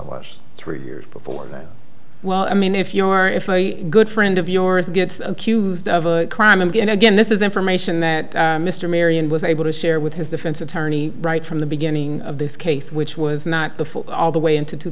was three years before that well i mean if your if a good friend of yours gets accused of a crime again again this is information that mr marion was able to share with his defense attorney right from the beginning of this case which was not the full all the way into two